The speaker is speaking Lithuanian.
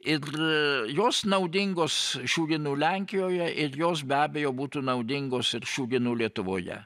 ir jos naudingos šių dienų lenkijoje ir jos be abejo būtų naudingos ir šių dienų lietuvoje